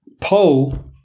pole